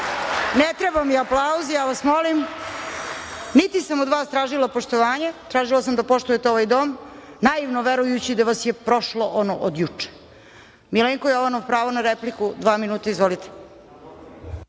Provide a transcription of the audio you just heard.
Ne treba mi aplauz, ja vas molim. Niti sam od vas tražila poštovanje, tražila sam da poštujete ovaj dom, naivno verujući da vas je prošlo ono od juče. Milenko Jovanov, pravo na repliku, dva minuta. Izvolite.